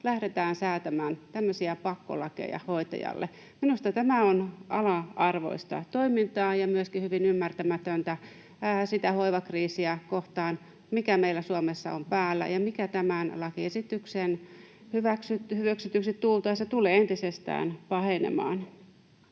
lähdetään säätämään tämmöisiä pakkolakeja hoitajille. Minusta tämä on ala-arvoista toimintaa ja myöskin hyvin ymmärtämätöntä sitä hoivakriisiä kohtaan, mikä meillä Suomessa on päällä ja mikä tämän lakiesityksen hyväksytyksi tultua tulee entisestään pahenemaan.